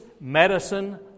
medicine